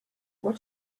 what